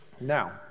Now